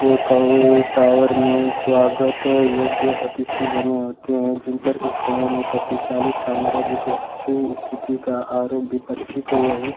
ये कौए टावर में स्वागत योग्य अतिथि बने होते हैं जिन पर एक समय में शक्तिशाली साम्राज्य को अच्छी स्थिति का आरोग्य पक्षी को ही